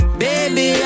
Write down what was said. baby